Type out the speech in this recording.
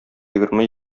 егерме